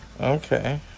Okay